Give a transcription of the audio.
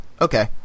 okay